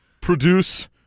produce